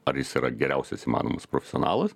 ar jis yra geriausias įmanomas profesionalas